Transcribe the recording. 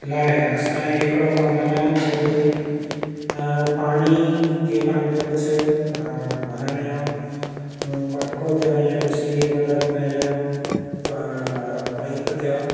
लाइ असां हीअं हिकड़ो कमु कंदा आहियूं जीअं भई पाणी जीअं पंहिंजो कुझु भरण जो मटको थियो या कुझु बि मतिलबु हुन जो पाइप थियो